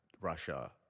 Russia